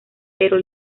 pero